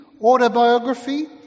autobiography